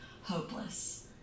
hopeless